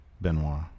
Benoit